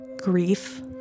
grief